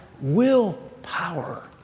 willpower